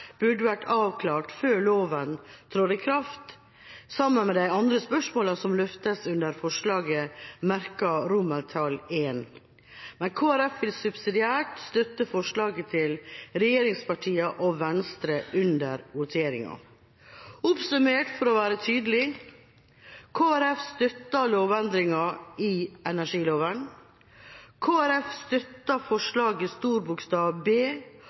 burde vært avklart før loven trer i kraft, sammen med de andre spørsmålene som løftes under I. Men Kristelig Folkeparti vil subsidiært støtte forslaget fra regjeringspartiene og Venstre under voteringen. Oppsummert, for å være tydelig: Kristelig Folkeparti støtter lovendringen i energiloven. Kristelig Folkeparti støtter forslaget under B